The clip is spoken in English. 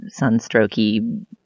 sunstrokey